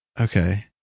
Okay